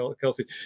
Kelsey